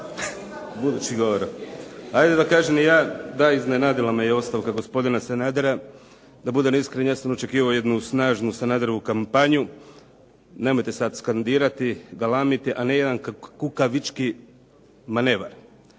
Damir (IDS)** Ajde da kažem i ja. Da, iznenadila me ostavka gospodina Sanadera. Da budem iskren ja sam očekivao jednu snažnu Sanaderovu kampanju. Nemojte sad skandirati, galamiti, a ne jedan kukavički manevar.